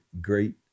great